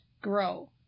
grow